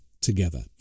together